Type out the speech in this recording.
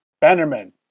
Bannerman